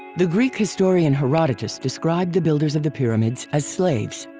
the greek historian herodotus described the builders of the pyramids as slaves.